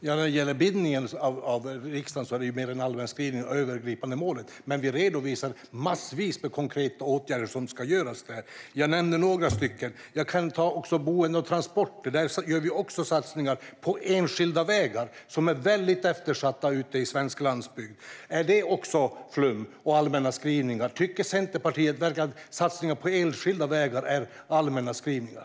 Herr talman! När det gäller att binda inriktningen i riksdagen är det mer av en allmän skrivning och ett övergripande mål. Men i landsbygdspropositionen redovisar vi massvis med konkreta åtgärder som ska vidtas. Jag nämnde några. Jag kan även ta upp boende och transporter. Vi gör också satsningar på enskilda vägar, som är väldigt eftersatta ute i svensk landsbygd. Är det också flum och allmänna skrivningar? Tycker Centerpartiet verkligen att satsningen på enskilda vägar är allmänna skrivningar?